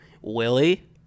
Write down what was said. Willie